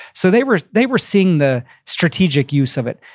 so they were they were seeing the strategic use of it.